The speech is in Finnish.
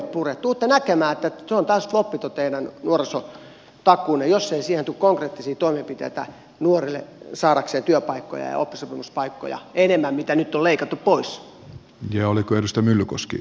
tulette näkemään että tuo teidän nuorisotakuunne on täysi floppi jos siihen ei tule konkreettisia toimenpiteitä nuorille jotta he saisivat työpaikkoja ja oppisopimuspaikkoja enemmän mitä nyt on leikattu pois